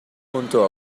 junto